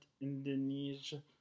Indonesia